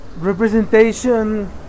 representation